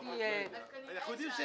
הרבה מאוד מהחייבים כבר ממהרים ומשלמים,